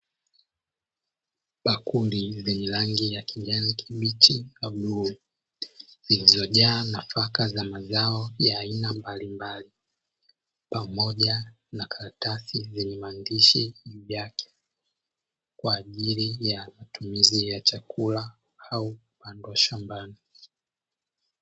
Bakuli zenye rangi ya kijani kibichi na bluu, zilizojaa nafaka za mazao ya aina mbalimbali, pamoja na karatasi zenye maandishi yake, kwa ajili ya matumizi ya chakula au kupandwa shambani.